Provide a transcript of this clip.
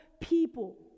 people